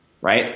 right